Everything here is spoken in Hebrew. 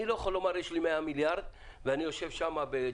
אני לא יכול להגיד שיש לי 100 מיליארד ואני יושב לי בג'נרי